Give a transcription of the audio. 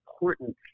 important